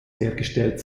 hergestellt